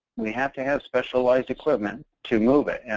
we have to have specialized equipment to move it.